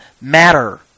matter